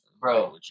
Bro